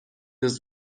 his